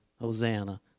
hosanna